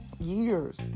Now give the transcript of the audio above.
years